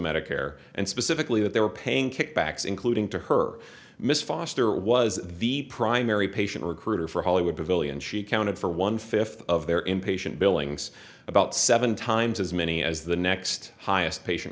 medicare and specifically that they were paying kickbacks including to her miss foster was the primary patient recruiter for hollywood brazillian she counted for one fifth of their impatient billings about seven times as many as the next highest patient